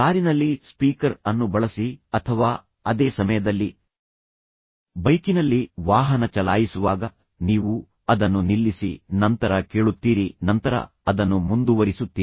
ಕಾರಿನಲ್ಲಿ ಸ್ಪೀಕರ್ ಅನ್ನು ಬಳಸಿ ಅಥವಾ ಅದೇ ಸಮಯದಲ್ಲಿ ಬೈಕಿನಲ್ಲಿ ವಾಹನ ಚಲಾಯಿಸುವಾಗ ನೀವು ಅದನ್ನು ನಿಲ್ಲಿಸಿ ನಂತರ ಕೇಳುತ್ತೀರಿ ನಂತರ ಅದನ್ನು ಮುಂದುವರಿಸುತ್ತೀರಿ